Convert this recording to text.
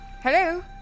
Hello